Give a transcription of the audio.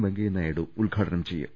വെങ്കയ്യനായിഡു ഉദ്ഘാടനം ചെയ്യും